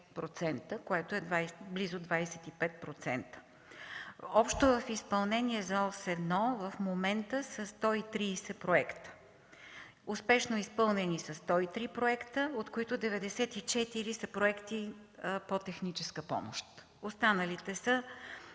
което е близо 25%. Общо в изпълнение за ос 1 в момента са 130 проекта. Успешно изпълнени са 103 проекта, от които 94 са проекти по техническа помощ. Останалите са